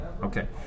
Okay